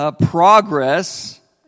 Progress